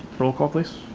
roll call please.